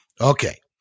Okay